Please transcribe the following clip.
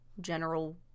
general